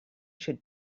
should